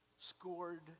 scored